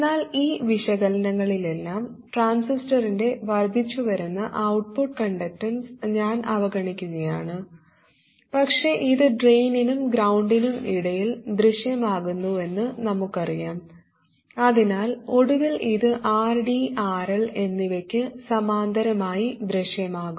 എന്നാൽ ഈ വിശകലനങ്ങളിലെല്ലാം ട്രാൻസിസ്റ്ററിൻറെ വർദ്ധിച്ചുവരുന്ന ഔട്ട്പുട്ട് കണ്ടക്ടൻസ് ഞാൻ അവഗണിക്കുകയാണ് പക്ഷേ ഇത് ഡ്രെയിനിനും ഗ്രൌണ്ട്നും ഇടയിൽ ദൃശ്യമാകുന്നുവെന്ന് നമുക്കറിയാം അതിനാൽ ഒടുവിൽ ഇത് RD RL എന്നിവയ്ക്ക് സമാന്തരമായി ദൃശ്യമാകും